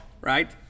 right